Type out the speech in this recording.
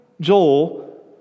Joel